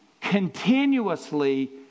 continuously